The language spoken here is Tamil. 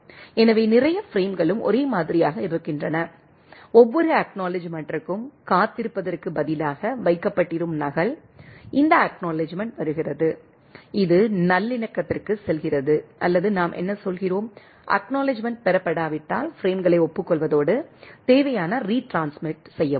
எனவே நிறைய பிரேம்களும் ஒரே மாதிரியாக இருக்கின்றன ஒவ்வொரு அக்நாலெட்ஜ்மெண்ட்க்கும் காத்திருப்பதற்குப் பதிலாக வைக்கப்பட்டிருக்கும் நகல் இந்த அக்நாலெட்ஜ்மெண்ட் வருகிறது இது நல்லிணக்கத்திற்கு செல்கிறது அல்லது நாம் என்ன சொல்கிறோம் அக்நாலெட்ஜ்மெண்ட் பெறப்படாவிட்டால் பிரேம்களை ஒப்புக்கொள்வதோடு தேவையான ரீட்ரான்ஸ்மிசன் செய்யவும்